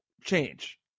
change